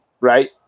right